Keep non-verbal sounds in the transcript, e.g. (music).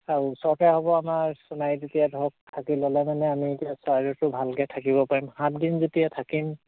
আৰু ওচৰতে হ'ব আমাৰ সোনাৰিত তেতিয়া ধৰক থাকি ল'লে মানে আমি এতিয়া (unintelligible) টো ভালকৈ থাকিব পাৰিম সাতদিন যেতিয়া থাকিম